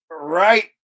right